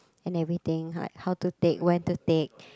and everything like how to take where to take